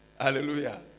Hallelujah